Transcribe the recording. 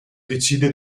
decide